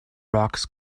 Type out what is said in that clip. rocks